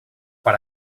per